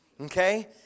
Okay